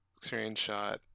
screenshot